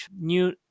new